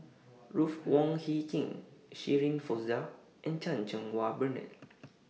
Ruth Wong Hie King Shirin Fozdar and Chan Cheng Wah Bernard